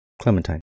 Clementine